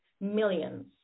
millions